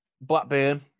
Blackburn